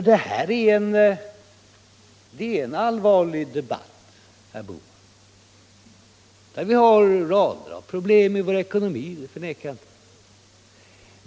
Det här är en allvarlig debatt, herr Bohman, och vi har här återigen rader av problem i vår ekonomi — det förnekar jag inte.